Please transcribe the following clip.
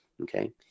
Okay